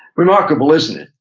remarkable isn't it,